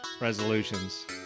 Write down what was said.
resolutions